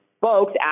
Folks